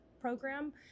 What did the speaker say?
program